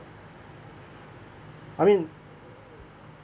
I mean